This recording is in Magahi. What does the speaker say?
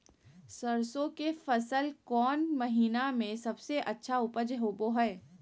सरसों के फसल कौन महीना में सबसे अच्छा उपज होबो हय?